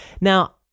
Now